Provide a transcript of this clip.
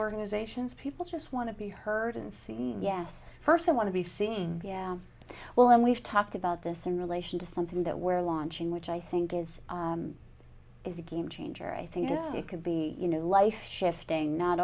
organizations people just want to be heard and seen yes first i want to be seeing well and we've talked about this in relation to something that we're launching which i think is is a game changer i think it's it could be you know life shifting not